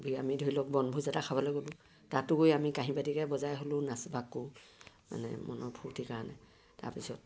আমি ধৰি লওক বনভোজ এটা খাবলৈ গ'লোঁ তাতো গৈ আমি কাঁহী বাতিকে বজাই হ'লেও নাচ বাগ কৰোঁ মানে মনৰ ফূৰ্তিৰ কাৰণে তাৰপিছত